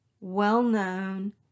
well-known